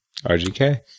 RGK